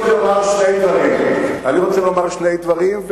שני דברים,